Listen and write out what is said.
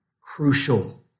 crucial